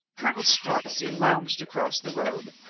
colonel strozzi lounged across the road,